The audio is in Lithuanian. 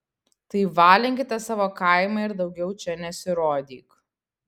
tai valink į tą savo kaimą ir daugiau čia nesirodyk